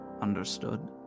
Understood